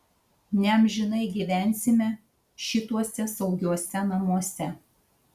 neamžinai gyvensime šituose saugiuose namuose